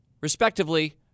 respectively